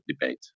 debate